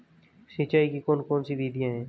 सिंचाई की कौन कौन सी विधियां हैं?